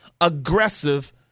aggressive